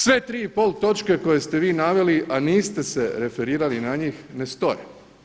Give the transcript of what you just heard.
Sve 3,5 točke koje ste vi naveli a niste se referirali na njih, ne stoje.